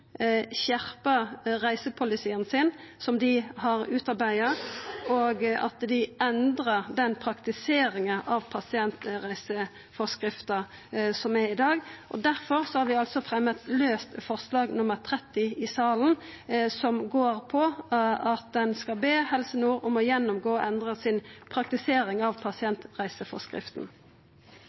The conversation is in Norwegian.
sin, som dei har utarbeidd, og at dei endrar den praktiseringa av pasientreiseforskrifta som er i dag. Difor har vi fremja eit laust forslag, nr. 30, i salen, som går på at ein skal be Helse Nord om å gjennomgå og endra si praktisering av pasientreiseforskrifta.